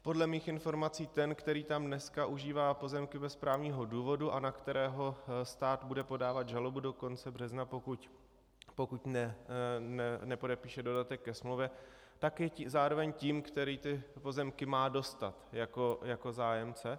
Podle mých informací ten, který tam dneska užívá pozemky bez právního důvodu a na kterého stát bude podávat žalobu do konce března, pokud nepodepíše dodatek ke smlouvě, tak je zároveň tím, který ty pozemky má dostat jako zájemce.